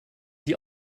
die